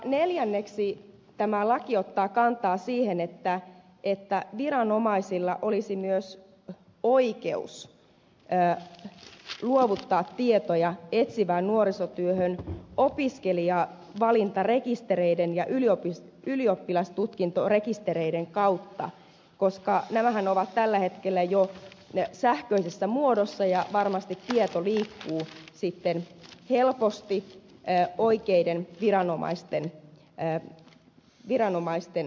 neljänneksi tämä laki ottaa kantaa siihen että viranomaisilla olisi myös oikeus luovuttaa tietoja etsivään nuorisotyöhön opiskelijavalintarekistereiden ja ylioppilastutkintorekistereiden kautta koska nämähän ovat tällä hetkellä jo sähköisessä muodossa ja varmasti tieto liikkuu sitten helposti oikeiden viranomaisten haltuun